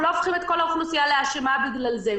אנחנו לא הופכים את כל האוכלוסייה לאשמה בגלל זה.